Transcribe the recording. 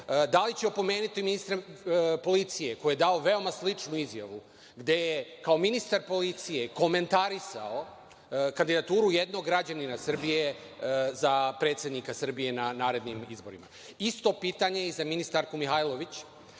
da li će opomenuti ministra policije koji je dao veoma sličnu izjavu gde je kao ministar policije komentarisao kandidaturu jednog građanina Srbije za predsednika Srbije na narednim izborima? Isto pitanje i za ministarku Mihajlović,